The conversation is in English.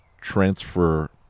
transfer